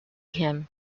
him